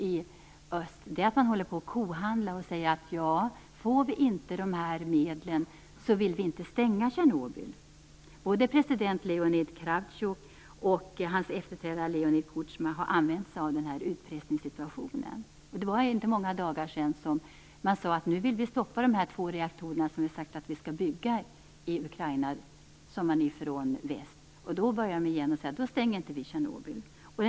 I öst kohandlar man nu. Får man inte medel vill man inte stänga Tjernobyl. Både president Leonid Kravchuk och hans efterträdare Leonid Kuchma har använt sig av denna utpressningssituationen. Det var inte många dagar sedan som man från väst sade att man ville stoppa bygget av de två reaktorer som planerades i Ukraina. Då fick man återigen till svar att Tjernobyl inte skulle stängas.